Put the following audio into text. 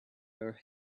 her